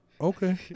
okay